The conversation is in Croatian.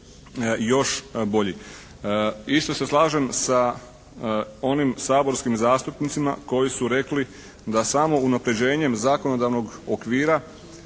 još bolji. Isto se slažem sa onim saborskim zastupnicima koji su rekli da samo unapređenjem zakonodavnog okvira